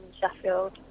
sheffield